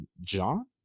John